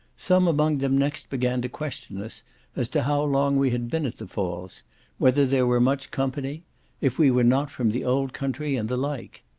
some among them next began to question us as to how long we had been at the falls whether there were much company if we were not from the old country, and the like.